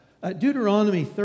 Deuteronomy